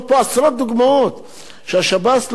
שהשב"ס לא עושה מפני שאין תקציב.